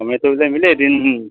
সময়টো যে মিলে এদিন